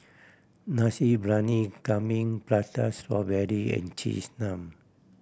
Nasi Briyani Kambing Prata Strawberry and Cheese Naan